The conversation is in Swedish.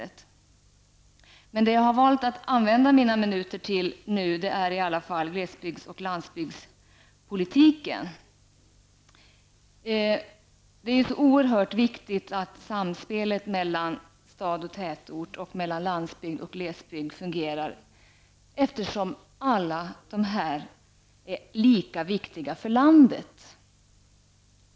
Jag har i alla fall valt att använda mina minuter till glesbygds och landsbygdspolitiken. Det är oerhört angeläget att samspelet mellan stad och tätort, mellan landsbygd och glesbygd fungerar, eftersom alla delar är lika viktiga för landet.